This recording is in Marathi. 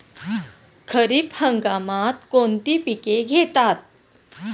खरीप हंगामात कोणती पिके घेतात?